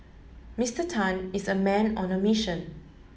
Mister Tan is a man on the mission